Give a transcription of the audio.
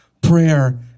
prayer